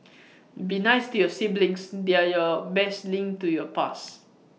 be nice to your siblings they're your best link to your past